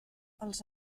els